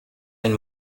ein